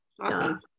Awesome